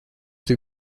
tik